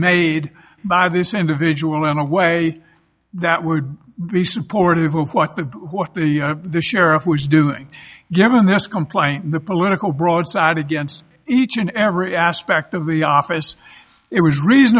made by this individual in a way that would be supportive of what the what the sheriff was doing given this complaint the political broadside against each and every aspect of the office it was reason